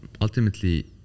ultimately